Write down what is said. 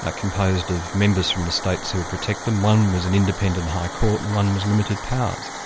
ah composed of members from the states who would protect them one was an independent high court and one was limited powers.